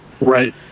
Right